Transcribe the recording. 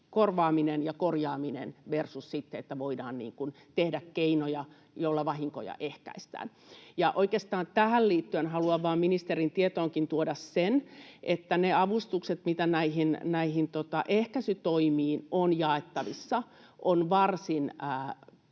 korvaaminen ja korjaaminen, versus että voidaan tehdä keinoja, joilla vahinkoja ehkäistään. Oikeastaan tähän liittyen haluan vain ministerinkin tietoon tuoda, että ne avustukset, mitä näihin ehkäisytoimiin on jaettavissa, ovat